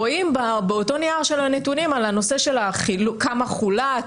רואים באותו נייר של הנתונים כמה חולט,